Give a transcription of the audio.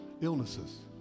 illnesses